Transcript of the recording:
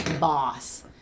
boss